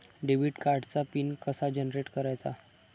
Debit कार्डचा PIN कसा generate करायचा?